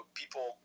people